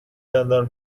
دندان